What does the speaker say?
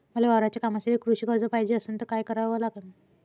मले वावराच्या कामासाठी कृषी कर्ज पायजे असनं त काय कराव लागन?